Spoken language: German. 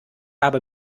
habe